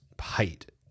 height